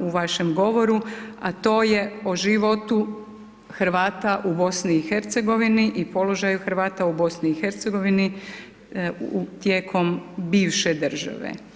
u vašem govoru, a to je o životu Hrvata u BIH i položaju Hrvata u BiH tijekom bivše države.